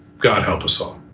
god help us all.